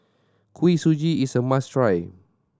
Kuih Suji is a must try